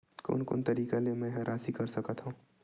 कोन कोन तरीका ले मै ह राशि कर सकथव?